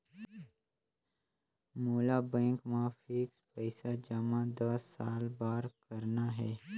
मोला बैंक मा फिक्स्ड पइसा जमा दस साल बार करना हे?